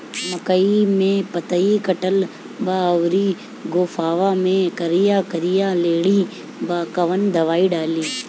मकई में पतयी कटल बा अउरी गोफवा मैं करिया करिया लेढ़ी बा कवन दवाई डाली?